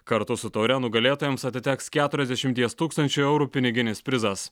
kartu su taure nugalėtojams atiteks keturiasdešimties tūkstančių eurų piniginis prizas